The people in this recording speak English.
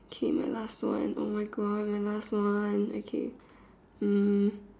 okay my last one oh my God my last one okay um